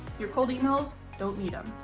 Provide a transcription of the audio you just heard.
your cold emails don't need them.